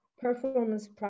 performance